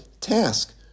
task